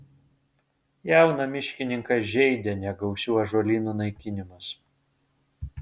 jauną miškininką žeidė negausių ąžuolynų naikinimas